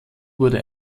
wurde